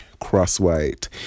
Crosswhite